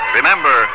Remember